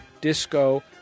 disco